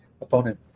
opponent